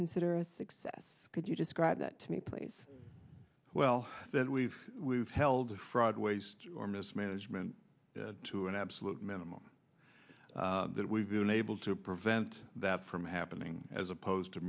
consider a success could you describe that to me please well that we've we've held a fraud waste or mismanagement to an absolute minimum that we've been able to prevent that from happening as opposed to